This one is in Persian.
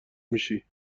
میشی